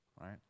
right